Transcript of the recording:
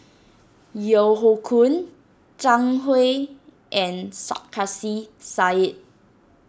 Yeo Hoe Koon Zhang Hui and Sarkasi Said